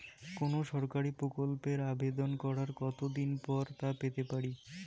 কোনো সরকারি প্রকল্পের আবেদন করার কত দিন পর তা পেতে পারি?